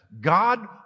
God